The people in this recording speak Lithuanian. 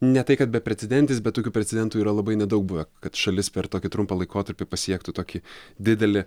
ne tai kad beprecedentis bet tokių precedentų yra labai nedaug buvę kad šalis per tokį trumpą laikotarpį pasiektų tokį didelį